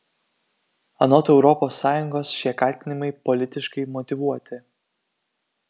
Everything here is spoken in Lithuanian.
anot europos sąjungos šie kaltinimai politiškai motyvuoti